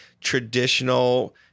traditional